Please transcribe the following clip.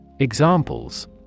Examples